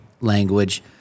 language